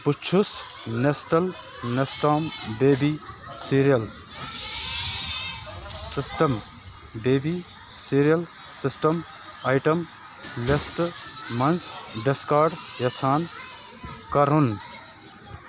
بہٕ چھُس Nestle Nestum baby cereal system baby cereal system item list منٛز discard یَژھان کرُن